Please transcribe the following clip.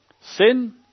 Sin